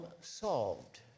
solved